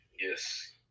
yes